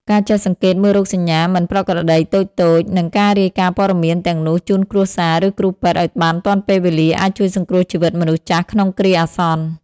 ការចេះសង្កេតមើលរោគសញ្ញាមិនប្រក្រតីតូចៗ និងការរាយការណ៍ព័ត៌មានទាំងនោះជូនគ្រួសារ ឬគ្រូពេទ្យឱ្យបានទាន់ពេលវេលា អាចជួយសង្គ្រោះជីវិតមនុស្សចាស់ក្នុងគ្រាអាសន្ន។